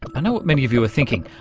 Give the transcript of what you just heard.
i know what many of you are thinking.